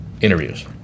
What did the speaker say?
interviews